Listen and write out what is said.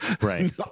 Right